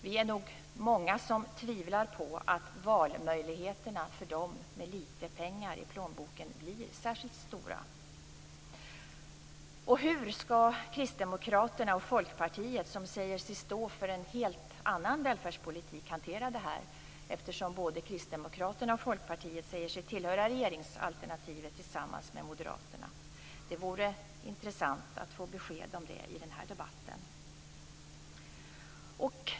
Vi är nog många som tvivlar på att valmöjligheterna för dem med litet pengar i plånboken blir särskilt stora. Hur skall Kristdemokraterna och Folkpartiet, som säger sig stå för en helt annan välfärdspolitik, hantera det här? Både Kristdemokraterna och Folkpartiet säger sig ju tillhöra regeringsalternativet tillsammans med Moderaterna. Det vore intressant att få besked om det i den här debatten.